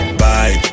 bye